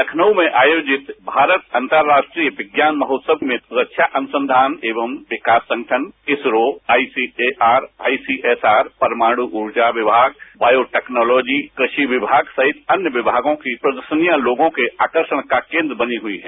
लखनऊ में आयोजित भारत अतंरश्ट्रीय विज्ञान महोत्सव में रक्षा अनुसंधान एवं विकास संगठन इसरो आईसीएआर परमाण् ऊर्जा विभाग बॉयो टैक्नोलॉजी कृशि विभाग सहित अन्य विभागों की प्रदर्षनियां लोगों के आकर्शण का केन्द्र बनी हई है